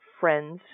friends